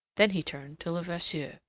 then he turned to levasseur.